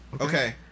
Okay